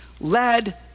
led